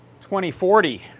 2040